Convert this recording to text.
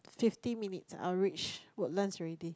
fifty minutes I'll reach Woodlands already